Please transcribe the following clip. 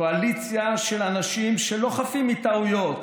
קואליציה של אנשים שלא חפים מטעויות